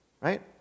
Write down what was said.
Right